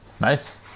Nice